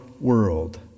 World